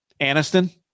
Aniston